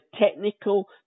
technical